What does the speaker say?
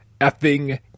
effing